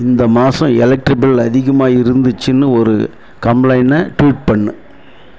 இந்த மாசம் electric bill அதிகமாக இருந்துச்சினு ஒரு கம்ப்ளெய்ன ட்வீட் பண்ணு